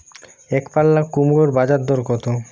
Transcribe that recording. একপাল্লা কুমড়োর বাজার দর কত?